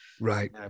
right